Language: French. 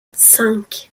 cinq